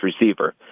receiver